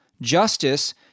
Justice